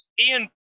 Ian